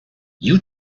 you